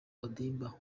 ondimba